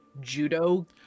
judo